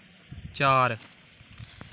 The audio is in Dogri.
चार